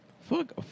Fuck